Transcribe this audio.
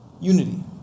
Unity